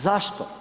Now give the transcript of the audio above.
Zašto?